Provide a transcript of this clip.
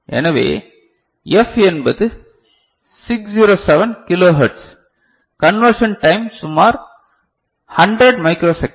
எனவே எஃப் என்பது 607 kilo hertz conversion time சுமார் 100 மைக்ரோ செகண்ட்